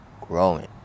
growing